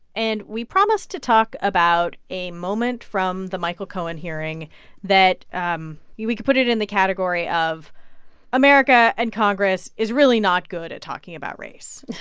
and we promised to talk about a moment from the michael cohen hearing that um we could put it it in the category of america and congress is really not good at talking about race